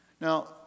Now